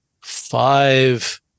five